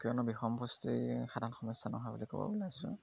কিয়নো বিষম পুষ্টি সাধাৰণ সমস্যা নহয় বুলি ক'ব ওলাইছোঁ